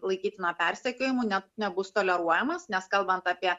laikytina persekiojimu ne nebus toleruojamas nes kalbant apie